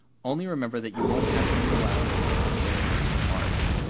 only remember that you won't have any allowance again until the first of march.